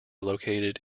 located